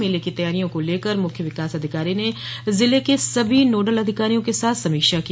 मेले की तैयारियों को लेकर मुख्य विकास अधिकारी ने जिले के सभी नोड़ल अधिकारियों के साथ समीक्षा की